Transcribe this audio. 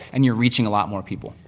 and you're reaching a lot more people.